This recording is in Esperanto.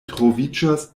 troviĝas